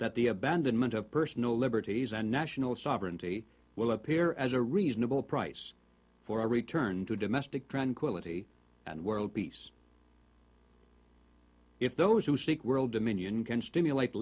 that the abandonment of personal liberties and national sovereignty will appear as a reasonable price for a return to domestic tranquility and world peace if those who seek world dominion can stimulate